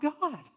God